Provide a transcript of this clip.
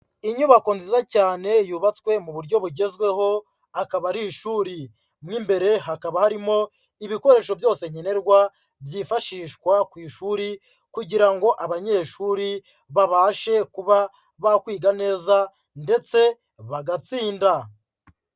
Inyubako nziza cyane yubatswe mu buryo bugezweho akaba ari ishuri, mo imbere hakaba harimo ibikoresho byose nkenerwa byifashishwa ku ishuri kugira ngo abanyeshuri babashe kuba bakwiga neza ndetse bagatsinda.